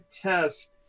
test